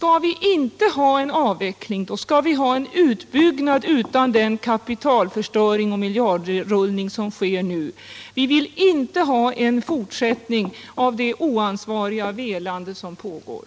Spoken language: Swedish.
Skall vi inte ha en avveckling, och detta är självklart vår linje, måste vi få en utbyggnad utan den kapitalförstöring och miljardrullning som nu sker. Vi vill inte ha en fortsättning på det oansvariga velande som pågår.